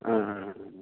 ஆ ஆ ஆ